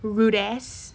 rude ass